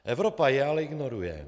Evropa je ale ignoruje.